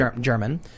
German